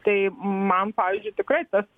tai man pavyzdžiui tikrai tas